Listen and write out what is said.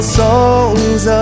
songs